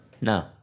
no